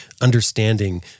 understanding